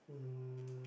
um